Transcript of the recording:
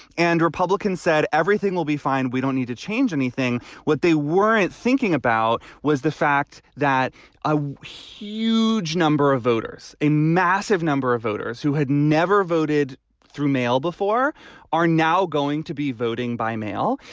and republicans said everything will be fine. we don't need to change anything what they weren't thinking about was the fact that a huge number of voters, a massive number of voters who had never voted through mail before are now going to be voting by mail.